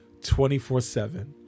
24-7